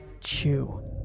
chew